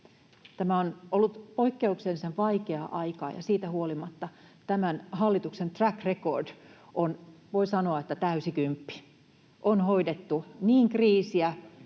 Tämä on ollut poikkeuksellisen vaikeaa aikaa, ja siitä huolimatta tämän hallituksen track record on, voi sanoa, täysi kymppi. On hoidettu niin kriisiä